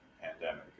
pandemic